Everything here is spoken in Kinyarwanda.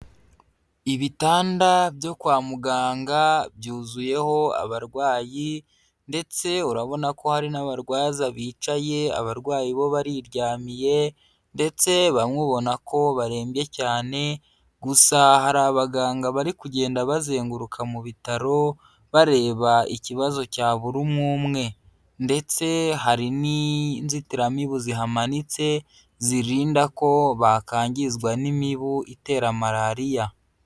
Ibitanda byo kwa muganga byuzuyeho abarwayi ndetse urabona ko hari n'abarwaza bicaye, abarwayi bo bariryamiye ndetse bamwe ubona ko barembye cyane, gusa hari abaganga bari kugenda bazenguruka mu bitaro, bareba ikibazo cya buri umwe umwe ndetse hari n'inzitiramibu zihamanitse zirinda ko bakangizwa n'imibu itera Malariya.